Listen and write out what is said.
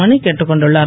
மணி கேட்டுக் கொண்டுள்ளார்